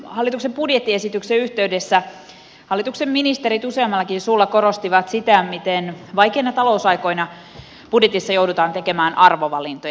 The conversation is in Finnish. hallituksen budjettiesityksen yhteydessä hallituksen ministerit useammallakin suulla korostivat sitä miten vaikeina talousaikoina budjetissa joudutaan tekemään arvovalintoja